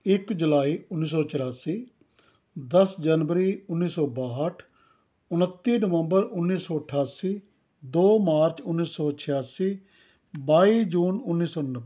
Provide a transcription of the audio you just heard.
ਇੱਕ ਜੁਲਾਈ ਉੱਨੀ ਸੌ ਚੁਰਾਸੀ ਦਸ ਜਨਵਰੀ ਉੱਨੀ ਸੌ ਬਾਹਠ ਉਣੱਤੀ ਨਵੰਬਰ ਉੱਨੀ ਸੌ ਅਠਾਸੀ ਦੋ ਮਾਰਚ ਉੱਨੀ ਸੌ ਛਿਆਸੀ ਬਾਈ ਜੂਨ ਉੱਨੀ ਸੌ ਨੱਬੇ